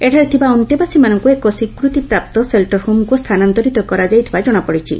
ଏଠାରେ ଥିବା ଅନ୍ତେବାସୀମାନଙ୍କୁ ଏକ ସ୍ୱୀକୃତିପ୍ରାପ୍ତ ସେଲ୍ଟର୍ ହୋମ୍କୁ ସ୍ଥାନାନ୍ତରିତ କରିଥିବା ଜଶାପଡ଼ିଛି